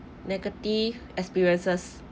negative experiences